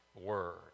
word